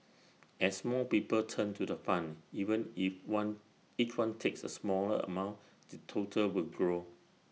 as more people turn to the fund even if one each one takes A smaller amount the total will grow